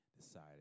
decided